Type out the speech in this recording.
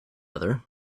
other